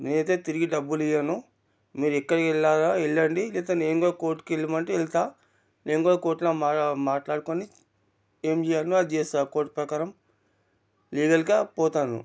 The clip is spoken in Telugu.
నేనయితే తిరిగి డబ్బులు ఇవ్వను మీరెక్కడికెళ్ళాలో వెళ్ళండి లేకపోతే నేను కూడా కోర్ట్కి వెళ్ళమంటే వెళ్తాను నేను కూడా కోర్ట్లో మాట్లా మాట్లాడుకుని ఏమి చెయ్యాలో అది చేస్తాను కోర్ట్ ప్రకారం లీగల్గా పోతాను